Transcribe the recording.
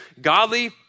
godly